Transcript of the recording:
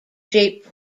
shape